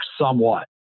somewhat